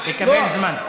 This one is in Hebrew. תקבל זמן.